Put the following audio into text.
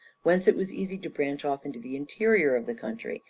whence it was easy to branch off into the interior of the country,